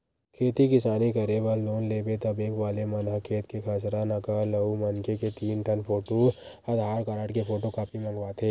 खेती किसानी करे बर लोन लेबे त बेंक वाले मन ह खेत के खसरा, नकल अउ मनखे के तीन ठन फोटू, आधार कारड के फोटूकापी मंगवाथे